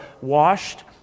washed